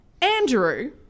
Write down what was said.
Andrew